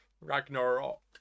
Ragnarok